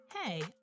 Hey